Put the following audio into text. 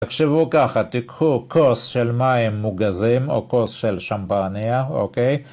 תחשבו ככה, תקחו כוס של מים מוגזים או כוס של שמפניה, אוקיי?